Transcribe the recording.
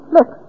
Look